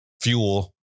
fuel